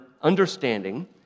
understanding